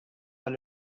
għal